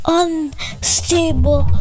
unstable